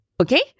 okay